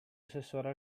assessore